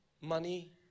money